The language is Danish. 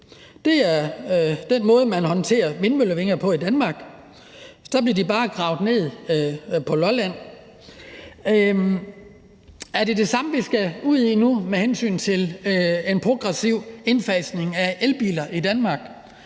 Det er den måde, man håndterer vindmøllevinger på i Danmark. Så bliver de bare gravet ned på Lolland. Er det det samme, vi skal ud i nu med hensyn til en progressiv indfasning af elbiler i Danmark?